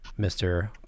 Mr